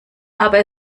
aber